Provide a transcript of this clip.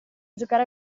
giocare